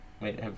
Wait